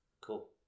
Cool